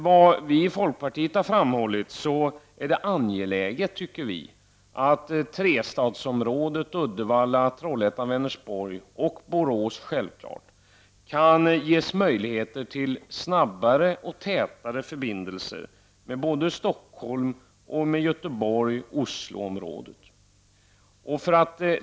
Vi i folkpartiet anser att det är angeläget att trestadsområdet — Uddevalla, Trollhättan, Vänersborg och självfallet också Borås — kan ges möjligheter till snabbare och tätare förbindelser med såväl Stockholm som Göteborg och Osloområdet.